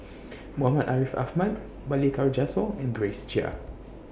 Muhammad Ariff Ahmad Balli Kaur Jaswal and Grace Chia